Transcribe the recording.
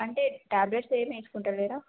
అంటే టాబ్లెట్స్ ఏమి వేసుకుంటలేరా